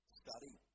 study